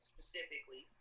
Specifically